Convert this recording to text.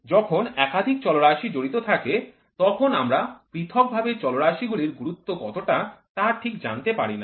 যখন একাধিক চলরাশি জড়িত থাকে তখন আমরা পৃথক ভাবে চলরাশি গুলির গুরুত্ব কতটা তা ঠিক জানিতে পারি না